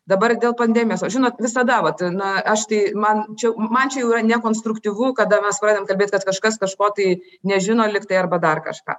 dabar dėl pandemijos o žinot visada vat na aš tai man čia man čia jau yra nekonstruktyvu kada mes pradedam kalbėt kad kažkas kažko tai nežino lyg tai arba dar kažką